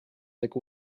like